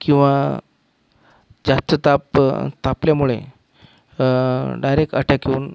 किंवा जास्त ताप तापल्यामुळे डायरेक्ट अटॅक येऊन